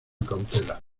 cautela